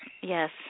Yes